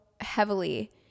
heavily